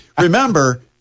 Remember